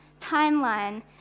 timeline